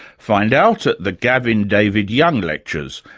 find out at the gavin david young lectures.